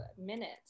minutes